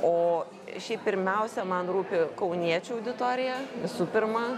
o šiaip pirmiausia man rūpi kauniečių auditorija visų pirma